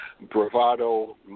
bravado